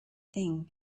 thing